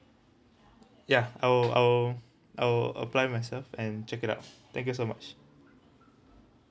ya I'll I'll I'll apply myself and check it out thank you so much